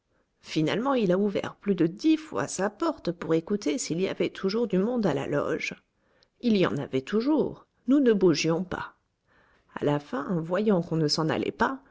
finalement il a ouvert plus de dix fois sa porte pour écouter s'il y avait toujours du monde à la loge il y en avait toujours nous ne bougions pas à la fin voyant qu'on ne s'en allait pas